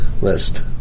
list